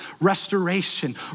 Restoration